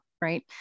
right